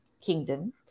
kingdom